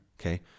Okay